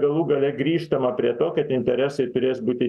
galų gale grįžtama prie to kad interesai turės būti